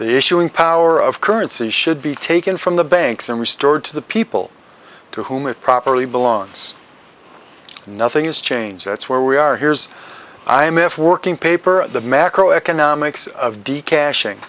the issuing power of currency should be taken from the banks and restored to the people to whom it properly belongs nothing is changed that's where we are here's i m f working paper the macro economics of d caching